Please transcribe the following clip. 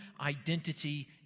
identity